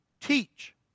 teach